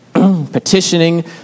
petitioning